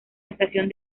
estación